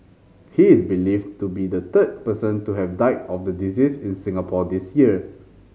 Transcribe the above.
he is believed to be the third person to have died of the disease in Singapore this year